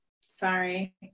Sorry